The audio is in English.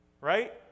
right